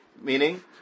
meaning